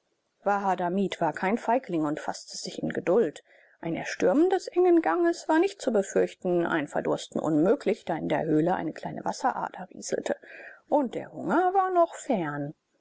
wahadamib war kein feigling und faßte sich in geduld ein erstürmen des engen ganges war nicht zu befürchten ein verdursten unmöglich da in der höhle eine kleine wasserader rieselte und der hunger war noch fern